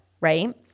right